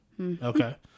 okay